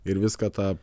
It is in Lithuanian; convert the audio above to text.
ir viską tą